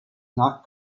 not